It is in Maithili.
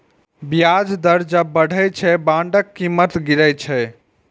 ब्याज दर जब बढ़ै छै, बांडक कीमत गिरै छै